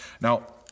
Now